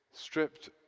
Stripped